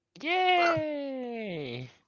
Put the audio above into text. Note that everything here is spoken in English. yay